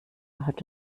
hat